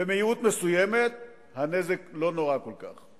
במהירות מסוימת הנזק לא נורא כל כך,